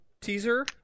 teaser